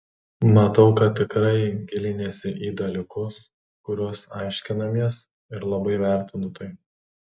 matau kad tikrai giliniesi į dalykus kuriuos aiškinamės ir labai vertinu tai